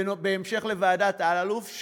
בהמשך לוועדת אלאלוף,